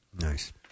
Nice